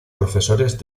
profesores